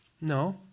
No